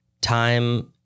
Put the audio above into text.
time